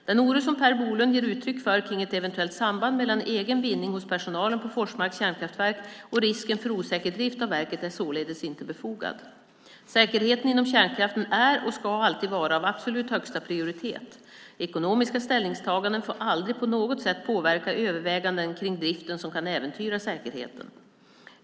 Den oro som Per Bolund ger uttryck för kring ett eventuellt samband mellan egen vinning hos personalen på Forsmarks kärnkraftverk och risken för osäker drift av verket är således inte befogad. Säkerheten inom kärnkraften är och ska alltid vara av absolut högsta prioritet. Ekonomiska ställningstaganden får aldrig på något sätt påverka överväganden kring driften som kan äventyra säkerheten.